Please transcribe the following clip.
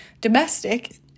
domestic